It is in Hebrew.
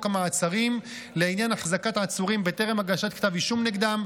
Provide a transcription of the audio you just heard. המעצרים לעניין החזקת עצורים בטרם הגשת כתב אישום נגדם,